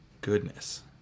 goodness